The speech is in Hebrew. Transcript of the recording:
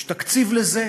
יש תקציב לזה,